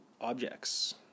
objects